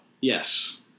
Yes